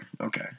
okay